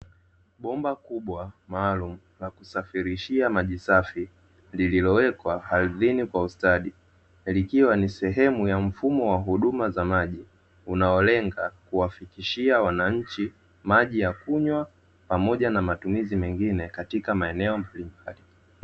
Bomba kubwa maalum la kusafirishia maji safi lililowekwa ardhini kwa ustadi na likiwa ni sehemu ya mfumo wa huduma unao lenga kuwafikishia wananchi maji ya kunywa pamoja na matumizi mengine katika maeneo